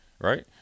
right